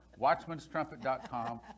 Watchman'sTrumpet.com